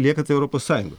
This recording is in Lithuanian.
liekat europos sąjungoj